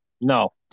No